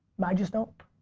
but i just don't.